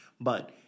But-